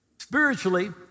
Spiritually